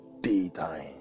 daytime